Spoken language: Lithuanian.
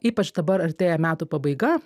ypač dabar artėja metų pabaiga